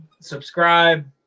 subscribe